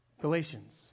Galatians